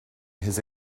his